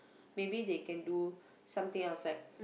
maybe they can do something else like